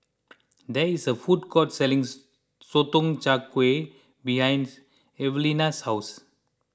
there is a food court selling Sotong Char Kway behind Evalena's house